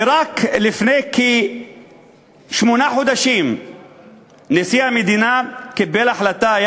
ורק לפני כשמונה חודשים נשיא המדינה קיבל החלטה,